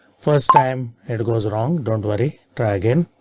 first time it goes wrong. don't worry, try again.